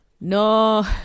No